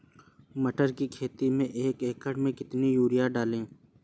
मटर की खेती में एक एकड़ में कितनी यूरिया डालें?